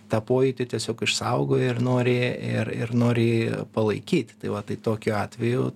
tą pojūtį tiesiog išsaugojo ir nori ir ir nori palaikyti tai va tai tokiu atveju